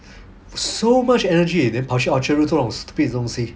so much energy then 跑去 orchard road 做那种 stupid 的东西